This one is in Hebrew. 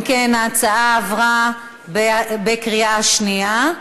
אם כן, ההצעה עברה בקריאה שנייה.